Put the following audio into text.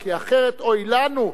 כי אחרת אוי לנו,